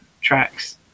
tracks